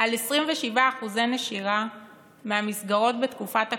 על 27% נשירה מהמסגרות בתקופת הקורונה,